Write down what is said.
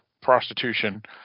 prostitution